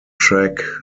track